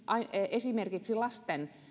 esimerkiksi